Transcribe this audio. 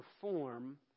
perform